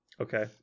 Okay